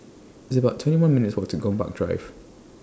It's about twenty one minutes' Walk to Gombak Drive